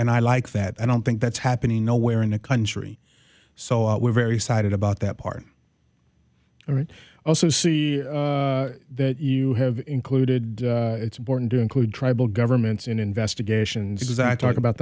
and i like that i don't think that's happening nowhere in the country so we're very excited about that part of it i also see that you have included it's important to include tribal governments in investigations as i talk about